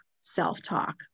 self-talk